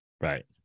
Right